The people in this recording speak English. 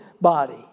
body